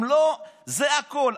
זה הכול.